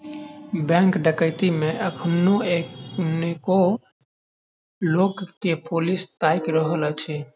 bank डकैती मे एखनो अनेको लोक के पुलिस ताइक रहल अछि